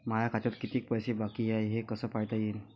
माया खात्यात कितीक पैसे बाकी हाय हे कस पायता येईन?